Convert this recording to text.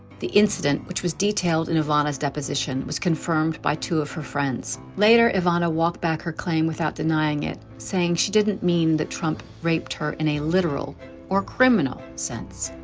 the incident which was detailed in ivana's deposition was confirmed by two of her friends. later, ivana walked back her claim without denying it, saying she didn't mean that trump raped her in a literal or criminal sense.